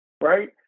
Right